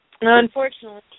Unfortunately